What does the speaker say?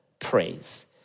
praise